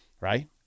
Right